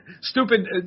Stupid